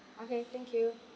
okay thank you